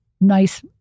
nice